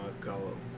go